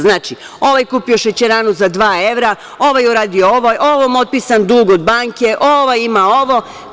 Znači, ovaj kupio Šećeranu za dva evra, ovaj uradio ovo, ovome otpisan dug banke, ovaj ima ovo.